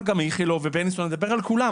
אבל גם על איכילוב ובלינסון, אני מדבר על כולם.